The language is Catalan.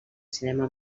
cinema